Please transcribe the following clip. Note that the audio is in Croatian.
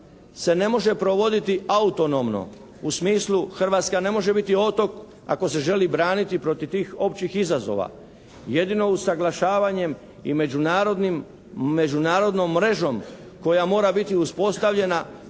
društva se ne može provoditi autonomno u smislu Hrvatska ne može biti otok ako se želi braniti protiv tih općih izazova. Jedino usaglašavanjem međunarodnom mrežom koja mora biti uspostavljena